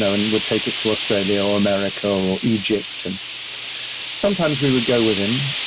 so and would take it to australia, or america, or or egypt. and sometimes we would go with him,